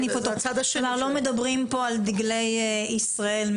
לא מדברים פה על דגלי ישראל.